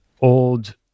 old